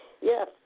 Yes